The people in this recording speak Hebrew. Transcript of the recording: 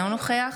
אינו נוכח